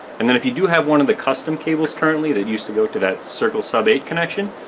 and then if you do have one of the custom cables currently that used to go to that circle sub eight connection,